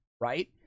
right